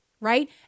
right